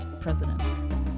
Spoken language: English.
president